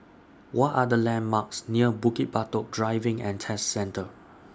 What Are The landmarks near Bukit Batok Driving and Test Centre